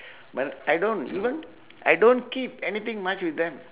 but I don't even I don't keep anything much with them